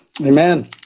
Amen